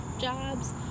jobs